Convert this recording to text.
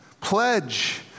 pledge